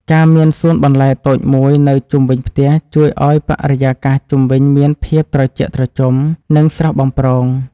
ការមានសួនបន្លែតូចមួយនៅជុំវិញផ្ទះជួយឱ្យបរិយាកាសជុំវិញមានភាពត្រជាក់ត្រជុំ និងស្រស់បំព្រង។